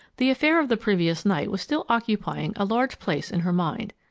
the affair of the previous night was still occupying a large place in her mind.